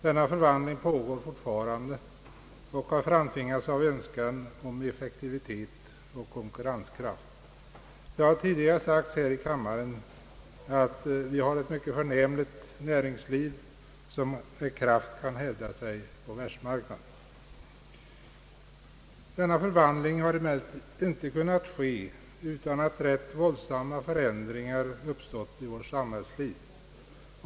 Denna förvandling pågår fortfarande och har framtvingats av önskan om effektivitet och konkurrenskraft. Det har tidigare sagts här i kammaren att vi har ett mycket förnämligt näringsliv, som med kraft kan hävda sig på världsmarknaden. Denna förvandling har emellertid inte kunnat ske utan att rätt våldsamma förändringar uppstått i vårt samhällsliv.